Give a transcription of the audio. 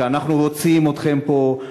אנחנו רוצים אתכם פה,